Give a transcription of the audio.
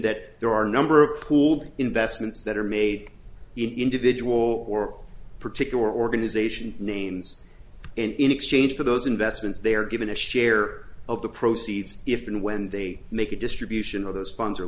that there are number of pooled investments that are made in individual or particular organization names and in exchange for those investments they are given a share of the proceeds if and when they make a distribution